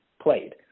played